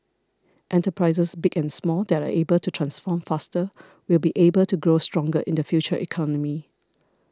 enterprises big and small that are able to transform faster will be able to grow stronger in the future economy